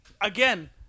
again